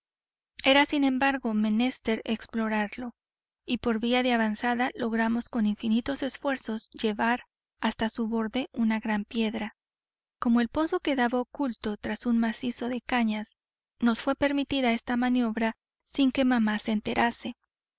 era sin embargo menester explorarlo y por vía de avanzada logramos con infinitos esfuerzos llevar hasta su borde una gran piedra como el pozo quedaba oculto tras un macizo de cañas nos fué permitida esta maniobra sin que mamá se enterase